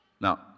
Now